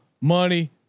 money